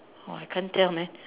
oh I can't tell man